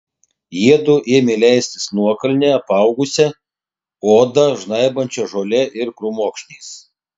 jiedu ėmė leistis nuokalne apaugusia odą žnaibančia žole ir krūmokšniais